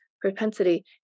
propensity